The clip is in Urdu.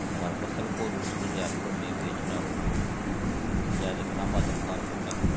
اگر فصل کو دوسری ریاستوں میں بیچنا ہو تو اجازت نامہ درکار ہوتا ہے